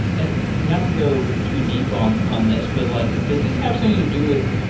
and not to go too deep on on this, but like does this have something to do with,